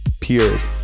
peers